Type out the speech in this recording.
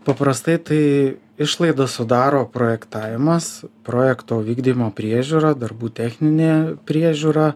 paprastai tai išlaidas sudaro projektavimas projekto vykdymo priežiūra darbų techninė priežiūra